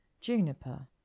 juniper